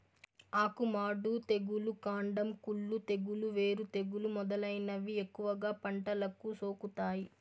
ఆకు మాడు తెగులు, కాండం కుళ్ళు తెగులు, వేరు తెగులు మొదలైనవి ఎక్కువగా పంటలకు సోకుతాయి